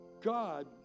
God